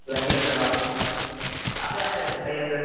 লাগি আছোঁ অঁ আছে আছে ফিছাৰী আছে